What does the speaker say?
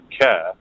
care